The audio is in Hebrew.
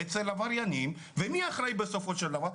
אצל עבריינים ומי אחראי בסופו של דבר?